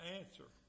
answer